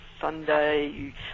Sunday